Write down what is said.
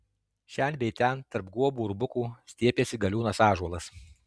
šen bei ten tarp guobų ir bukų stiepėsi galiūnas ąžuolas